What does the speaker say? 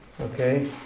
Okay